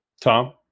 Tom